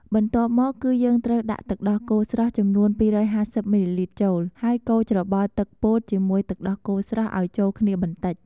បន្ទាប់មកគឺយើងត្រូវដាក់ទឹកដោះគោស្រស់ចំនួន២៥០មីលីលីត្រចូល ហើយកូរច្របល់ទឹកពោតជាមួយទឹកដោះគោស្រស់ឱ្យចូលគ្នាបន្ដិច។